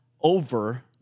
over